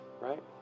right